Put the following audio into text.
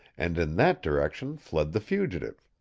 and in that direction fled the fugitive.